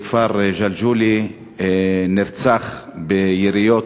בכפר ג'לג'וליה נרצח ביריות